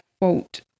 quote